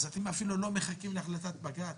אז אתם אפילו לא מחכים להחלטת בג"ץ?